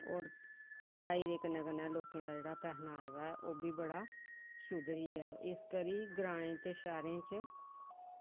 होर पढ़ाई दे कन्नै कन्नै लोकें दा जेह्ड़ा पैहनावा ऐ ओह् बी बड़ा सुधरी गेआ ऐ इस करी ग्राएं ते शैह्रें च